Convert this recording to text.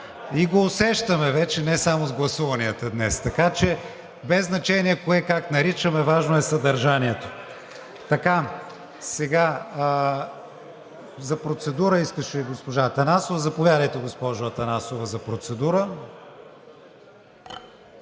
И го усещаме вече, не само с гласуванията днес. Така че без значение кое как наричаме, важно е съдържанието. За процедура искаше госпожа Атанасова. Заповядайте, госпожо Атанасова за процедура.